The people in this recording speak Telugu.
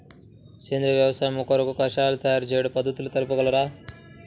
సేంద్రియ వ్యవసాయము కొరకు కషాయాల తయారు చేయు పద్ధతులు తెలుపగలరు?